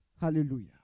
Hallelujah